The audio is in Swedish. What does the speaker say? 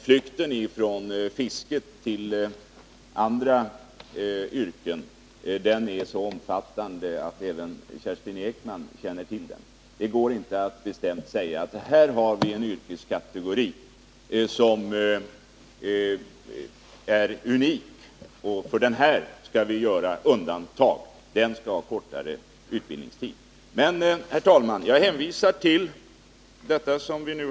Flykten från yrkesfisket till andra yrken har varit mycket omfattande, vilket säkert även Kerstin Ekman känner till. Det går inte att säga att fiskarna är en unik yrkesgrupp som bör få en kortare militärtjänstgöring än andra. Herr talman!